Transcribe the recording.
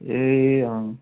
ए अँ